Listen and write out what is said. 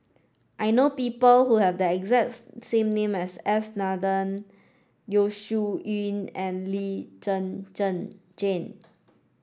I know people who have the exact same name as neither Yeo Shih Yun and Lee Zhen Zhen Jane